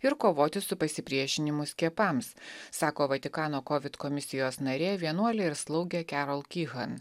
ir kovoti su pasipriešinimu skiepams sako vatikano kovid komisijos narė vienuolė ir slaugė kerol kihan